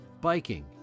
biking